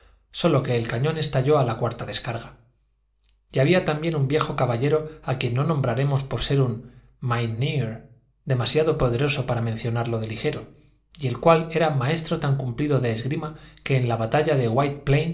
sólo que el cañón estalló a la cuarta descarga y había también un viejo caballero a quien no nombraremos por ser un mynheer demasiado poderoso para mencionarle de ligero y el cual era maestro tan cumplido de esgrima que en la batalla de white